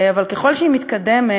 אבל ככל שהיא מתקדמת,